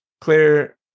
clear